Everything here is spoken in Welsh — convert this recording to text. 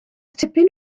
tipyn